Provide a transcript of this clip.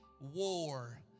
war